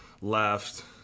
Left